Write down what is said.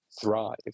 thrive